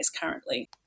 currently